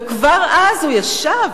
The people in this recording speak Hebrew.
וכבר אז הוא ישב